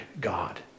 God